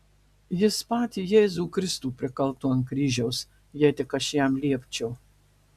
jis patį jėzų kristų prikaltų ant kryžiaus jei tik aš jam liepčiau